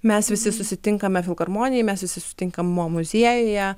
mes visi susitinkame filharmonijoj mes visi sutinkam mo muziejuje